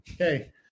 Okay